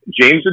James